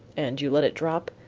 and you let it drop?